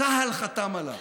צה"ל חתם עליו.